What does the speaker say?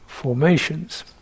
formations